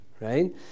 right